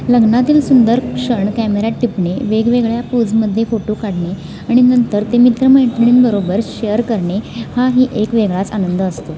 लग्नातील सुंदर क्षण कॅमेऱ्यात टिपणे वेगवेगळ्या पोजमध्ये फोटो काढणे आणि नंतर ते मित्र मैत्रिणींबरोबर शेअर करणे हाही एक वेगळाच आनंद असतो